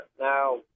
now